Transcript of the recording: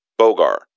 Bogar